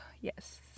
yes